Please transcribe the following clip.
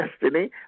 destiny